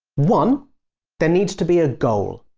one there needs to be a goal.